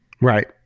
Right